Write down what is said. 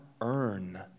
earn